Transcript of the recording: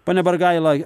pone bargaila